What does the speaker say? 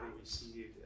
received